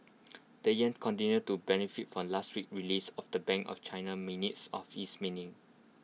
the Yen continues to benefit from last week's release of the bank of China minutes of its meaning